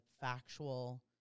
factual